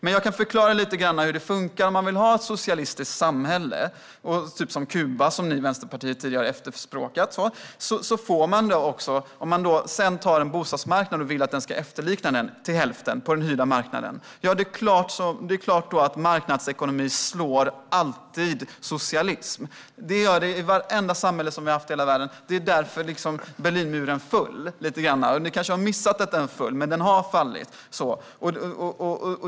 Men jag kan förklara lite grann om hur det funkar om man vill ha ett socialistiskt samhälle, som till exempel Kuba, vilket ni i Vänsterpartiet tidigare har velat efterlikna. Om man vill att bostadsmarknaden ska efterlikna detta socialistiska samhälle till hälften, på den hyrda marknaden, är det klart att marknadsekonomi alltid slår socialism. Så har det varit i vartenda samhälle som har funnits i hela världen. Det var därför Berlinmuren föll. Ni kanske har missat att den föll, men den har fallit.